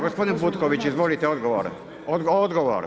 Gospodin Butković, izvolite odgovor.